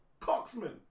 Coxman